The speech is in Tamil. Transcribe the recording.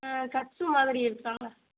கட் ஷூ மாதிரி இருக்கா